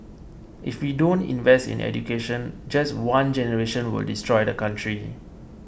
if we don't invest in education just one generation would destroy the country